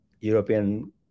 European